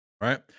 Right